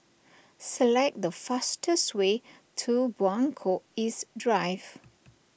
select the fastest way to Buangkok East Drive